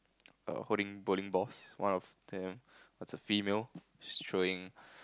err holding bowling balls one of them is a female she's throwing